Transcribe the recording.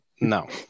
No